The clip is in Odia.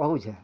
କୋହୁଁଚେ